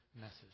message